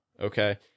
Okay